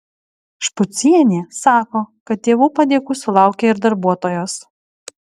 špucienė sako kad tėvų padėkų sulaukia ir darbuotojos